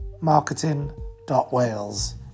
marketing.wales